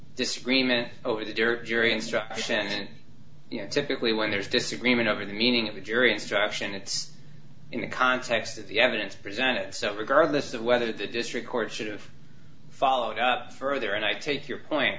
disagreement over the dirt jury instruction you know typically when there's disagreement over the meaning of the jury instruction it's in the context of the evidence presented so regardless of whether the district court should have followed up further and i take your point